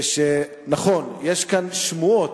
זה, נכון, יש כאן שמועות,